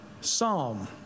psalm